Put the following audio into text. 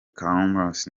columbus